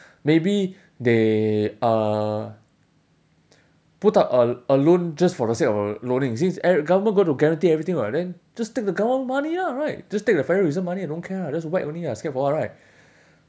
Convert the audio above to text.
maybe they uh put out a a loan just for the sake of loaning since eve~ government going to guarantee everything [what] then just take the government money lah right just take the federal reserve money don't care lah just whack only ah scared for what right